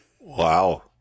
Wow